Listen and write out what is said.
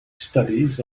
studies